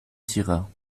tira